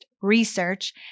Research